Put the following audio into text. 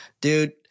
dude